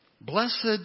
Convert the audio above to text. Blessed